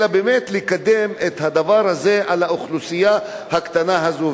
אלא באמת לקדם את הדבר הזה לאוכלוסייה הקטנה הזאת.